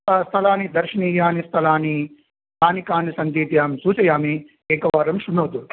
स्त स्थलानि दर्शनीयानि स्थलानि कानि कानि सन्ति इति अहं सूचयामि एकवारं शृणोतु